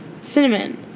cinnamon